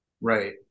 right